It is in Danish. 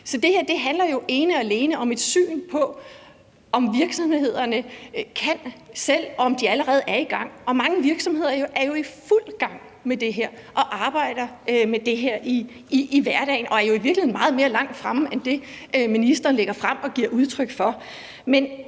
her handler jo ene og alene om et syn på, om virksomhederne kan selv, og om de allerede er i gang, og mange virksomheder er jo i fuld gang med det her og arbejder med det her i hverdagen og er jo i virkeligheden meget længere fremme end det, som ministeren lægger frem og giver udtryk for.